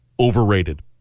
Overrated